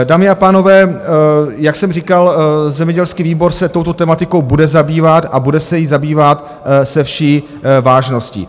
Dámy a pánové, jak jsem říkal, zemědělský výbor se touto tematikou bude zabývat a bude se jí zabývat se vší vážností.